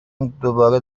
دوبار